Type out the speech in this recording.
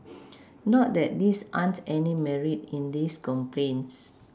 not that there aren't any Merit in these complaints